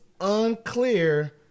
unclear